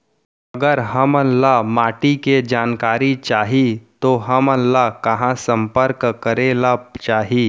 अगर हमन ला माटी के जानकारी चाही तो हमन ला कहाँ संपर्क करे ला चाही?